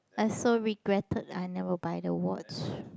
I so regretted I never buy the watch